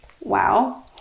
wow